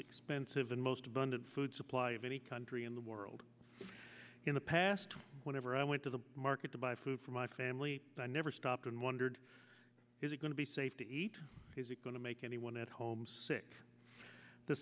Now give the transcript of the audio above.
expensive and most abundant food supply of any country in the world in the past whenever i went to the market to buy food for my family i never stopped and wondered is it going to be safe to eat is it going to make anyone at home sick the